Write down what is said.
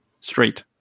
straight